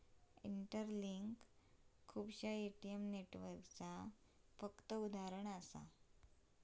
interlink खुपश्या ATM नेटवर्कचा फक्त उदाहरण असा